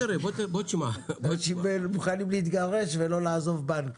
אנשים מוכנים להתגרש ולא לעזוב בנק.